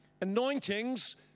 Anointings